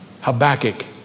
Habakkuk